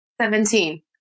Seventeen